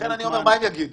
הם יגידו?